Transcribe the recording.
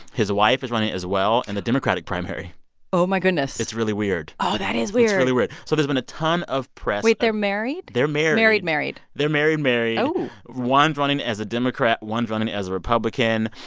his wife is running, as well, in the democratic primary oh, my goodness it's really weird oh, that is weird really weird. so there's been a ton of press wait. they're married? they're married married married? they're married married oh one is running as a democrat. one is running as a republican.